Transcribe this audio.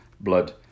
blood